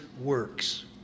works